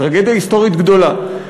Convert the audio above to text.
טרגדיה היסטורית גדולה,